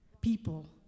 people